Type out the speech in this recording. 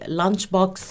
lunchbox